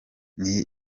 ndi